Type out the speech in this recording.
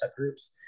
subgroups